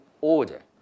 order